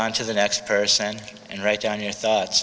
on to the next person and write down your thoughts